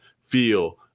feel